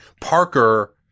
Parker –